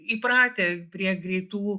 įpratę prie greitų